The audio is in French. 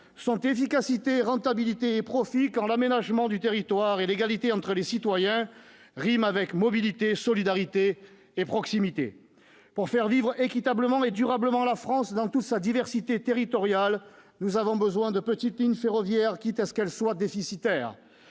sont efficacité, rentabilité et profit, quand l'aménagement du territoire et l'égalité entre les citoyens riment avec mobilité, solidarité et proximité. Pour faire vivre équitablement et durablement la France dans toute sa diversité territoriale, nous avons besoin de petites lignes ferroviaires, quitte à ce qu'elles soient déficitaires.